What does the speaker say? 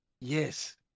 yes